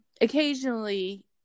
occasionally